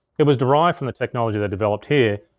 it was derived from the technology they developed here,